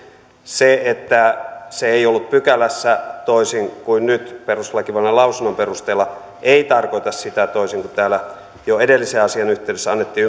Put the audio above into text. se että se ei ollut pykälässä toisin kuin nyt perustuslakivaliokunnan lausunnon perusteella ei tarkoita sitä toisin kuin täällä jo edellisen asian yhteydessä annettiin